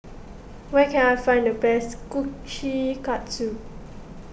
where can I find the best Kushikatsu